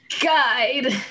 Guide